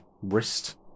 wrist